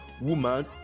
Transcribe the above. woman